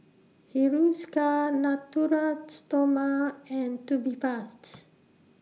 Hiruscar Natura Stoma and Tubifast